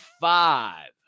five